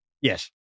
Yes